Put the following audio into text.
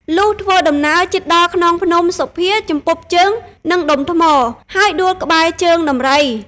លុះធ្វើដំណើរជិតដល់ខ្នងភ្នំ សុភាជំពប់ជើងនឹងដុំថ្ម ហើយដួលក្បែរ ជើងដំរី ។